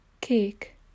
cake